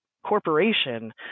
Corporation